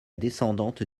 descendante